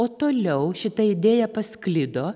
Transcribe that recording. o toliau šita idėja pasklido